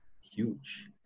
huge